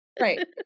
right